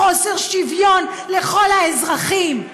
חוסר שוויון לכל האזרחים.